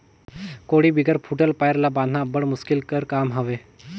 कोड़ी बिगर फूटल पाएर ल बाधना अब्बड़ मुसकिल कर काम हवे